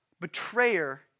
betrayer